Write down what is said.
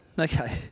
Okay